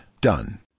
Done